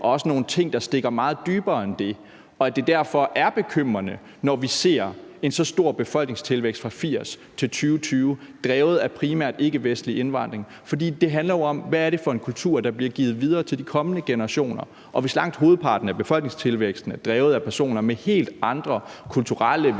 også nogle ting, der stikker meget dybere end det, og at det derfor er bekymrende, når vi ser en så stor befolkningstilvækst fra 1980 til 2020, der primært er drevet af ikkevestlig indvandring. For det handler jo om, hvad det er for en kultur, der bliver givet videre til de kommende generationer, og hvis langt hovedparten af befolkningstilvæksten er drevet af personer med helt andre kulturelle værdier,